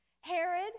Herod